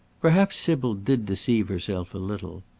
perhaps sybil did deceive herself a little.